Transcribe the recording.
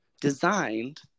designed